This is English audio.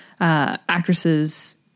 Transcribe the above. actresses